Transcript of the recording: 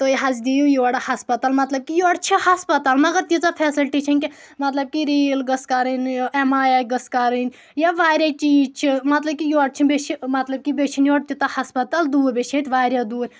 تہٕ یہِ حظ دِیِو یورٕ ہَسپتال مطلب کہِ یورٕ چھِ ہَسپتال مگر تیٖژا فیسَلٹی چھنہٕ کِہیٖنۍ مطلب کہِ ریٖل گٔژھ کَرٕنۍ اؠم آی اے گٔژھ کَرٕنۍ یا واریاہ چیٖز چھِ مطلب کہِ یورٕ چھنہٕ بییٚہِ چھِ مطلب کہِ بیٚیہِ چھِنہٕ یورٕ ہَسپتال دوٗر بییٚہِ چھ ییٚتہِ واریاہ دوٗر